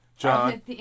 John